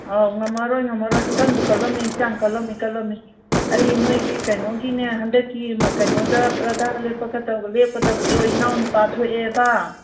ꯑꯧ ꯉꯝꯃꯔꯣꯏ ꯉꯝꯃꯔꯣꯏ ꯀꯟꯕꯨ ꯀꯜꯂꯝꯃꯤ ꯍꯛꯆꯥꯡ ꯀꯜꯂꯝꯃꯤ ꯀꯜꯂꯝꯃꯤ ꯑꯩ ꯃꯣꯏꯒꯤ ꯀꯩꯅꯣꯒꯤꯅꯦ ꯍꯟꯗꯛꯀꯤ ꯀꯩꯅꯣꯗ ꯄ꯭ꯔꯙꯥꯟ ꯂꯦꯞꯀꯗꯕꯗꯣ ꯏꯅꯥꯎꯅꯨꯄꯥ ꯊꯣꯛꯑꯦꯕ